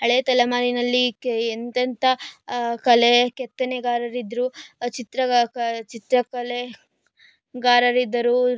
ಹಳೆ ತಲೆಮಾರಿನಲ್ಲಿ ಕೆ ಎಂಥೆಂಥ ಕಲೆ ಕೆತ್ತನೆಗಾರರಿದ್ದರು ಚಿತ್ರಗಾರ ಚಿತ್ರಕಲೆ ಗಾರರಿದ್ದರು